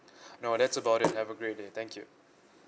no that's about it have a great day thank you